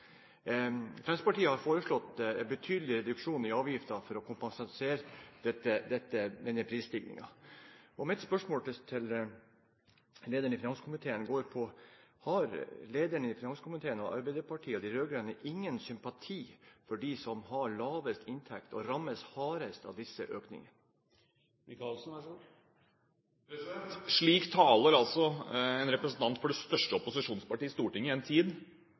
Fremskrittspartiet har foreslått en betydelig reduksjon i avgiften for å kompensere denne prisstigningen. Mitt spørsmål til lederen i finanskomiteen er: Har lederen i finanskomiteen, Arbeiderpartiet og de rød-grønne ingen sympati for dem som har lavest inntekt, og som rammes hardest av disse økningene? Slik taler altså en representant for det største opposisjonspartiet i Stortinget i en tid